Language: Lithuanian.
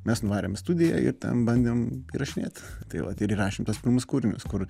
mes nuvarėm į studiją ir ten bandėm įrašinėt tai vat ir įrašėm tuos pirmus kūrinius kur